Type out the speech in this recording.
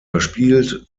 verspielt